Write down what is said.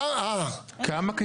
כמה כניסות?